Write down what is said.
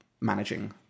managing